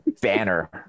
banner